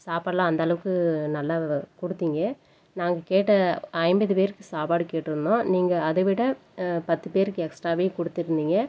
சாப்பாடெலாம் அந்த அளவுக்கு நல்லா வ கொடுத்திங்க நாங்கள் கேட்ட ஐம்பது பேருக்கு சாப்பாடு கேட்டிருந்தோம் நீங்கள் அதை விட பத்து பேருக்கு எக்ஸ்ட்டாகவே கொடுத்துருந்திங்க